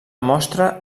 mostra